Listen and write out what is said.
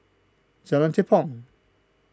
Jalan Tepong